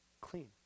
clean